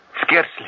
Scarcely